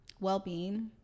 well-being